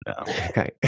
Okay